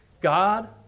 God